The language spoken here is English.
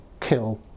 kill